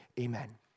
Amen